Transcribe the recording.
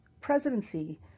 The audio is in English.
presidency